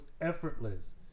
effortless